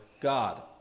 God